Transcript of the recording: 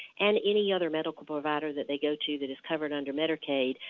and any other medical provider that they go to that is covered under medicaid,